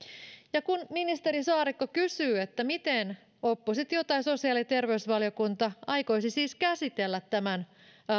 ja kun ministeri saarikko kysyy miten oppositio tai sosiaali ja terveysvaliokunta aikoisi siis käsitellä tämän